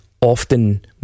often